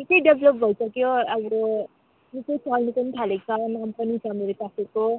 निकै डेभलोप भइसक्यो अब निकै चल्नु पनि थालेको छ नाम पनि छ मेरो क्याफेको